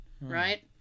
right